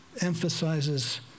emphasizes